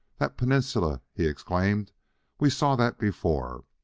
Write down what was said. that peninsula, he exclaimed we saw that before!